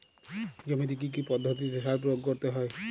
জমিতে কী কী পদ্ধতিতে সার প্রয়োগ করতে হয়?